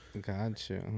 Gotcha